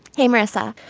hey marissa.